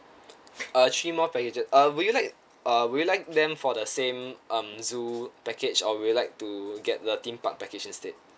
uh three more packages uh would you like uh would you like them for the same um zoo package or would you like to get the theme park package instead